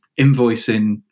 invoicing